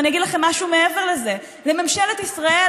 ואני אגיד לכם משהו מעבר לזה: לממשלת ישראל,